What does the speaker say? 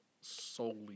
solely